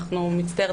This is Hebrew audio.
מצטערת,